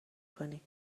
کنی